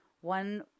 one